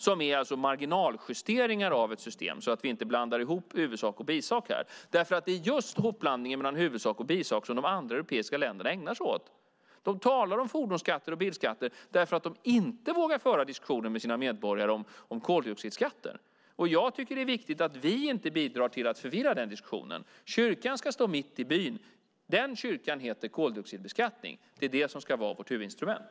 Det är alltså marginaljusteringar av ett system så att vi inte blandar ihop huvudsak och bisak här, därför att det är just hopblandning av huvudsak och bisak som de andra europeiska länderna ägnar sig åt. De talar om fordonsskatter och bilskatter därför att de inte vågar föra diskussionen med sina medborgare om koldioxidskatter. Jag tycker att det är viktigt att vi inte bidrar till att förvirra den diskussionen. Kyrkan ska stå mitt i byn. Den kyrkan heter koldioxidbeskattning. Det är den som ska vara vårt huvudinstrument.